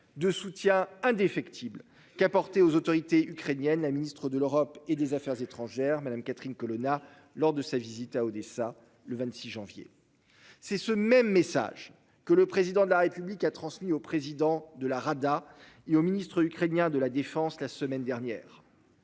de soutien indéfectible qu'apporter aux autorités ukrainiennes la Ministre de l'Europe et des Affaires étrangères Madame, Catherine Colonna, lors de sa visite à Odessa, le 26 janvier. C'est ce même message que le président de la République a transmis au président de la Rada et au ministre ukrainien de la Défense la semaine dernière.